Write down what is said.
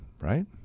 right